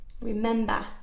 remember